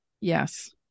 Yes